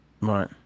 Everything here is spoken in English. Right